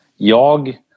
Jag